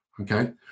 Okay